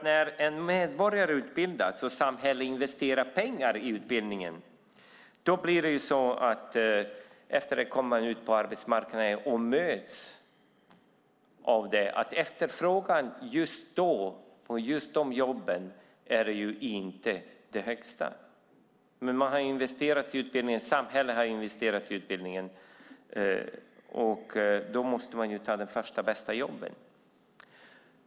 När en medborgare utbildas och samhället investerar pengar i utbildningen kommer personen sedan ut på arbetsmarknaden och möts av att efterfrågan på just de jobben inte är särskilt hög. Man har själv investerat i utbildningen och samhället har investerat i utbildningen, och då måste man ta första bästa jobb.